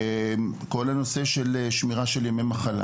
כל הנושא של שמירת ימי מחלה